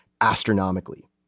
astronomically